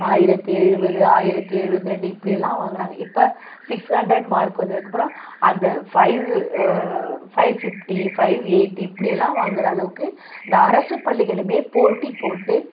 ஆயிரத்தி எழுபது ஆயிரத்தி எழுபத்திரெண்டு இப்படிலாம் வாங்குகிறாங்க இப்போ சிக்ஸ் ஹண்ரட் மார்க் வந்ததுக்கப்புறம் அந்த five five fifty five eighty இப்பிடி எல்லாம் வாங்குகிற அளவுக்கு அந்த அரசுப் பள்ளிகளுமே போட்டி போட்டு